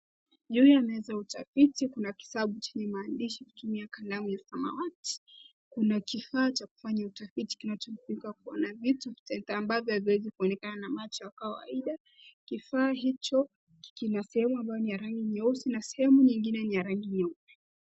Juu ya meza ya utafiti kuna kitabu chenye maandishi kutumia kalamu ya samawati. Kuna kifaa cha kufanya utafiti kinachotumika kuona vitu ambavyo haviwezi kuonekana kwa macho ya kawaida. Kifaa hicho kina sehemu ambayo ni ya rangi nyeusi na sehemu nyingine ni ya rangi nyeupe.